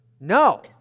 No